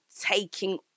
taking